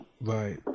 right